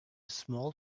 small